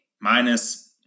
minus